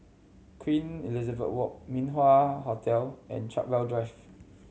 Queen Elizabeth Walk Min Wah Hotel and Chartwell Drive